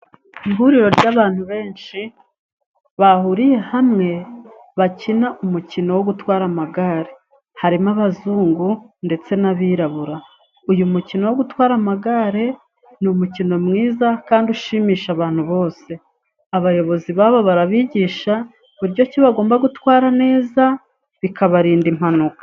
Ihuriro ry'abantu benshi, bahuriye hamwe bakina umukino wo gutwara amagare, harimo abazungu ndetse n'abirabura, uyu mukino wo gutwara amagare, ni umukino mwiza kandi ushimisha abantu bose, abayobozi babo barabigisha, uburyo bagomba gutwara neza, bikabarinda impanuka.